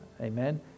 Amen